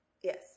Yes